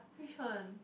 which one